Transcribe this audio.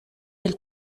del